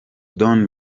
don